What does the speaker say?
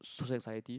suicide anxiety